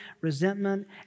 resentment